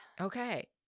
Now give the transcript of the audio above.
Okay